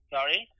Sorry